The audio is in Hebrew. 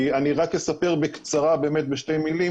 אני רק אספר בקצרה באמת בשתי מילים.